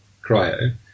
cryo